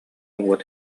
уот